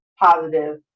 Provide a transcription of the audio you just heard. positive